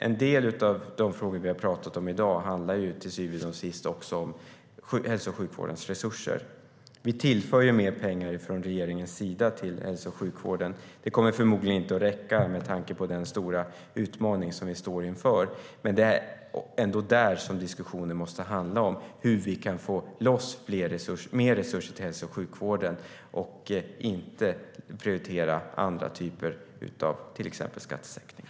En del av de frågor som vi talat om i dag handlar till syvende och sist om hälso och sjukvårdens resurser. Vi tillför mer pengar från regeringens sida till hälso och sjukvården. Det kommer förmodligen inte att räcka med tanke på den stora utmaning vi står inför. Men det är ändå det som diskussionen måste handla om. Det handlar om hur vi kan få loss mer resurser till hälso och sjukvården och inte prioritera andra saker som till exempel skattesänkningar.